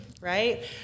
right